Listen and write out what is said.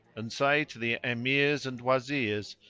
and say to the emirs and wazirs,